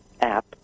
app